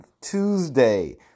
Tuesday